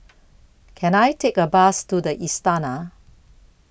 Can I Take A Bus to The Istana